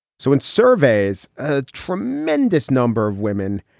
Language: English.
so in surveys, a tremendous number of women,